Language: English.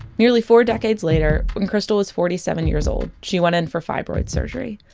nearly four decades later, when krystal was forty seven years old, she went in for fibroids surgery.